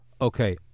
okay